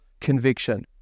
conviction